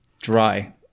dry